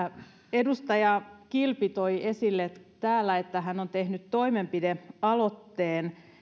edustaja kilpi toi esille täällä että hän on tehnyt toimenpidealoitteen